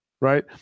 Right